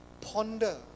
ponder